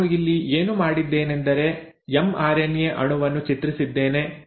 ನಾನು ಇಲ್ಲಿ ಏನು ಮಾಡಿದ್ದೇನೆಂದರೆ ಎಮ್ಆರ್ಎನ್ಎ ಅಣುವನ್ನು ಚಿತ್ರಿಸಿದ್ದೇನೆ